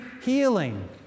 healing